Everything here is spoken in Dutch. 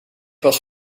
was